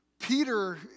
Peter